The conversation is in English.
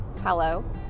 hello